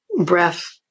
breath